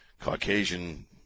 Caucasian